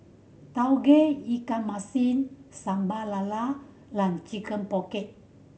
Tauge Ikan Masin Sambal Lala and Chicken Pocket